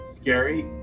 scary